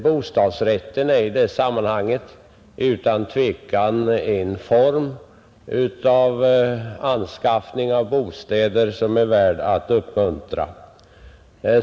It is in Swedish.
Bostadsrätten är i det sammanhanget utan tvivel en form för anskaffning av bostäder som är värd att uppmuntra.